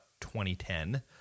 2010